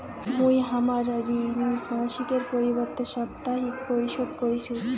মুই হামার ঋণ মাসিকের পরিবর্তে সাপ্তাহিক পরিশোধ করিসু